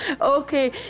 Okay